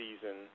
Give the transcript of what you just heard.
season